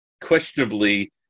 questionably